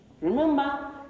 Remember